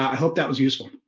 i hope that was useful,